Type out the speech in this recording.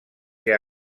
que